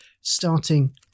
starting